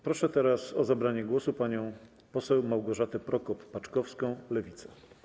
Proszę o zabranie głosu panią poseł Małgorzatę Prokop-Paczkowską, Lewica.